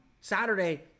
Saturday